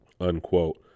Unquote